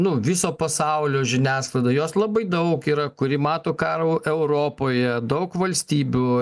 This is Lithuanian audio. nu viso pasaulio žiniasklaida jos labai daug yra kuri mato karo europoje daug valstybių